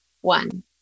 One